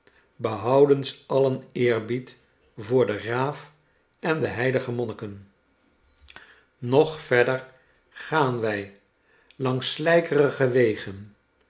behoudens alien eerbied voor de raaf en de heilige monniken nog verder gaan wij langs slykerige wegen